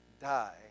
die